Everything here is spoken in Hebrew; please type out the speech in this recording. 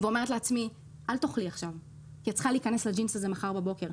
ואומרת לעצמי: אל תאכלי עכשיו כי את צריכה להיכנס לג'ינס הזה מחר בבוקר.